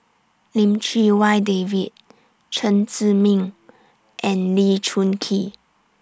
Lim Chee Wai David Chen Zhiming and Lee Choon Kee